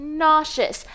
nauseous